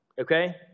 okay